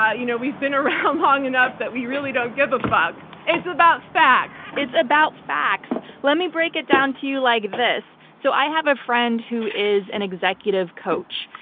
ah you know we've been around long enough that we really don't give a fuck. it's about facts. it's about facts. let me break it down to you like this. so i have a friend who is an executive coach,